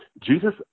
Jesus